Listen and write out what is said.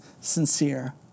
sincere